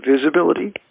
visibility